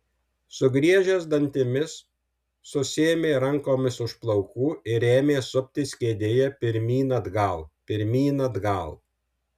sugriežęs dantimis susiėmė rankomis už plaukų ir ėmė suptis kėdėje pirmyn atgal pirmyn atgal